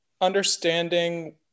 understanding